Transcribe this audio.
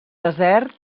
desert